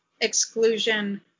exclusion